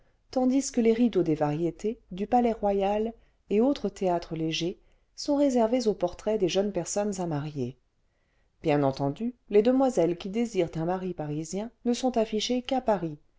tandis que les rideaux des variétés du palaisroyal et autres théâtres légers sont réservés aux portraits des jeunes personnes à marier bien entendu les demoiselles qui désirent un mari parisien ne sont affichées qu'à paris